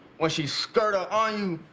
when she skirt up on you,